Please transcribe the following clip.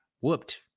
whooped